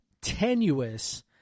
tenuous